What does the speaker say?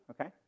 Okay